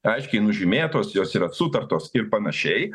aiškiai nužymėtos jos yra sutartos ir panašiai